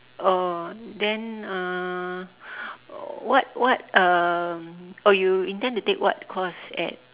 oh then uh what what um oh you intend to take what course at